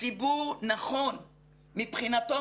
הציבור נכון מבחינתו,